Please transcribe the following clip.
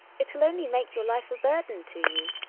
it'll only make your life a burden to you.